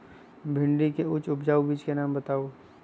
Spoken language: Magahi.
भिंडी के उच्च उपजाऊ बीज के नाम बताऊ?